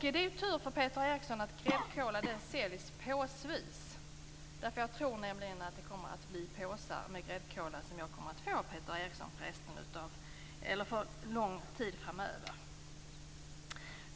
Det är tur för Peter Eriksson att gräddkola säljs påsvis. Jag tror nämligen att jag kommer att få påsar av gräddkola av Peter Eriksson under lång tid framöver.